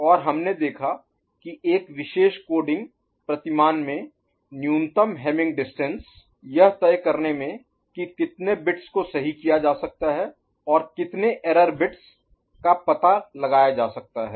और हमने देखा कि एक विशेष कोडिंग प्रतिमान में न्यूनतम Hamming distance Minimum Hamming Distance Hamming दूरी यह तय करने में कि कितने बिट्स को सही किया जा सकता है या कितने एरर बिट्स Error bits गलत या त्रुटि बिट्स का पता लगाया जा सकता है